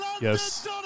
yes